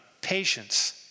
patience